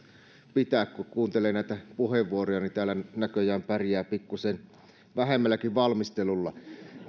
pitää sillä kun kuuntelee näitä puheenvuoroja niin täällä näköjään pärjää pikkusen vähemmälläkin valmistelulla